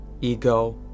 Ego